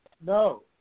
No